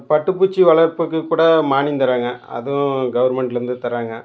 பட்டுப்பூச்சி வளர்ப்புக்குக் கூட மானியம் தர்றாங்க அதுவும் கவர்மெண்ட்லருந்து தர்றாங்க